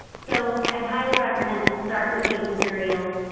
so, i'd highly recommend to start with these materials,